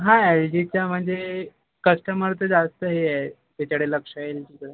हां एल जीच्या म्हणजे कस्टमरचं जास्त हे आहे त्याच्याकडे लक्ष आहे एल जीकडे